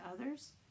others